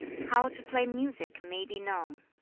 how to play music may be known.